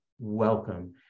welcome